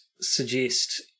suggest